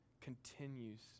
continues